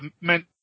meant